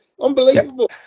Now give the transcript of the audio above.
unbelievable